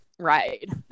Right